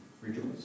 rejoice